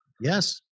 Yes